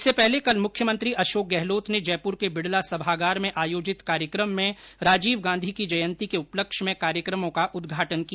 इससे पहले कल मुख्यमंत्री अशोक गहलोत ने जयपूर के बिड़ला सभागार में आयोजित कार्यक्रम में राजीव गांधी की जयन्ती के उपलक्ष्य में कार्यक्रमों का उदघाटन किया